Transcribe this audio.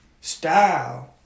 Style